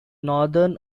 northern